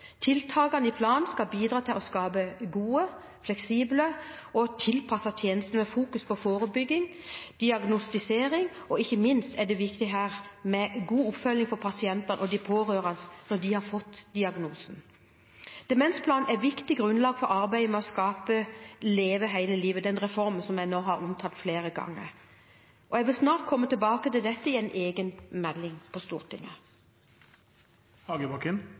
Tiltakene i planen skal bidra til å skape gode, fleksible og tilpassede tjenester med fokus på forebygging og diagnostisering. Ikke minst er det viktig med god oppfølging av pasienter og pårørende når man har fått diagnosen. Demensplanen er et viktig grunnlag for arbeidet med å skape Leve hele livet, reformen som jeg nå har omtalt flere ganger. Jeg vil snart komme tilbake til dette i en egen melding